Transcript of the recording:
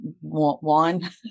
one